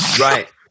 Right